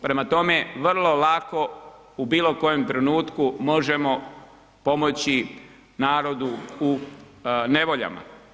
Prema tome, vrlo lako u bilo kojem trenutku možemo pomoći narodu u nevoljama.